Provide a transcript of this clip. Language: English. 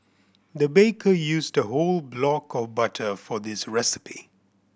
the baker used a whole block of butter for this recipe